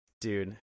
Dude